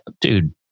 dude